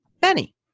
Benny